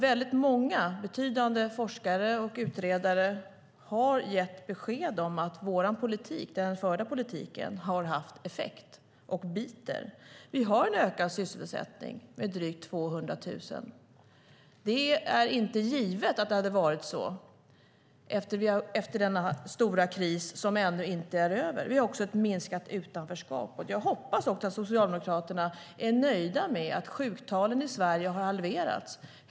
Väldigt många betydande forskare och utredare har gett besked om att vår politik, den förda politiken, har haft effekt och biter. Vi har en ökad sysselsättning med drygt 200 000. Det är inte givet att det hade varit så efter denna stora kris som ännu inte är över. Vi har också ett minskat utanförskap. Jag hoppas också att Socialdemokraterna är nöjda med att sjuktalen i Sverige har halverats.